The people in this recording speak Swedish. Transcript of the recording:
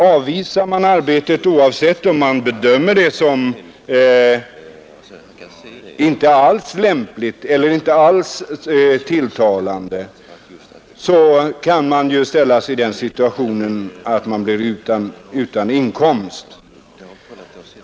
Avvisar man arbetet även om man bedömer det som inte alls lämpligt eller inte alls tilltalande så kan man ju ställas i den situationen att man blir utan inkomst.